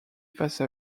face